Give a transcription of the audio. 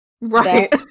Right